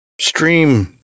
stream